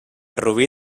rubí